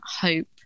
hope